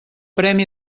premi